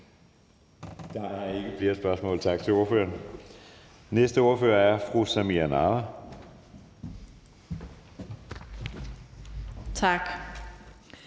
Der er ikke flere spørgsmål. Tak til ordføreren. Næste ordfører er fru Samira Nawa,